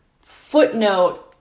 footnote